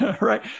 right